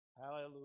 Hallelujah